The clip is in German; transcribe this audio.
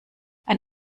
ein